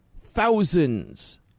Thousands